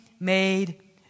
made